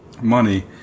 money